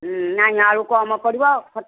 ନା ନା ଆହୁରି କମ୍ ପଡ଼ିବ